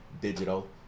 digital